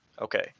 okay